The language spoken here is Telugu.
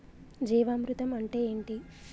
జీవామృతం అంటే ఏంటి?